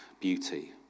beauty